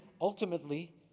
ultimately